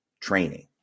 training